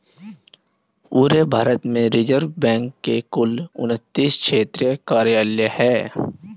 पूरे भारत में रिज़र्व बैंक के कुल उनत्तीस क्षेत्रीय कार्यालय हैं